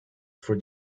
for